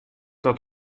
dat